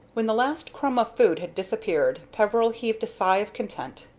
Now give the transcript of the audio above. when the last crumb of food had disappeared, peveril heaved a sigh of content.